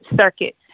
circuit